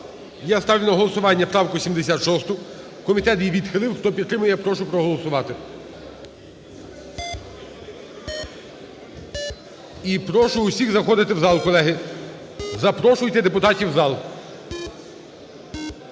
Я ставлю на голосування правку 76. Комітет її відхилив. Хто підтримує, я прошу проголосувати. І прошу всіх заходити в зал, колеги. Запрошуйте депутатів в зал.